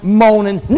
moaning